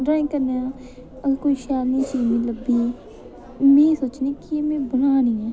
drawing करने दा अगर में कोई शैल जेही चीज लब्भी में सोचनी कि एह् में बनानी ऐ